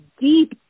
deep